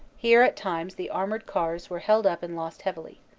here at times the armored cars were held up and lost heavily.